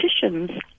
politicians